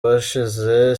bashize